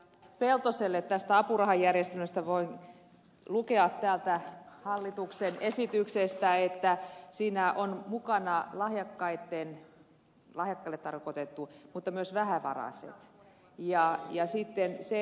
peltoselle tästä apurahajärjestelmästä voin lukea täältä hallituksen esityksestä että siinä on mukana lahjakkaille tarkoitettu apuraha mutta myös vähävaraisille